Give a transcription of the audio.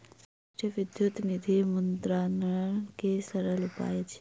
राष्ट्रीय विद्युत निधि मुद्रान्तरण के सरल उपाय अछि